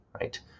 right